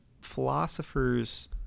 philosophers